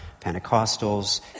Pentecostals